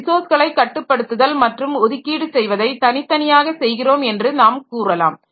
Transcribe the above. ரிசோர்ஸ்களை கட்டுப்படுத்துதல் மற்றும் ஒதுக்கீடு செய்வதை தனித்தனியாக செய்கிறோம் என்று நாம் கூறலாம்